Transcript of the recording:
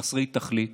חסרי תכלית.